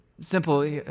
simple